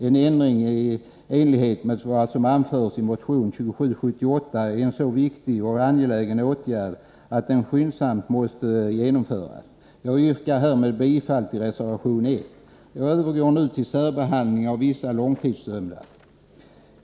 En ändring i enlighet med vad som anförs i motion 2778 är en så viktig och angelägen åtgärd att den skyndsamt måste genomföras. Jag yrkar härmed bifall till reservation 1. Jag övergår nu till frågan om särbehandling av vissa långtidsdömda.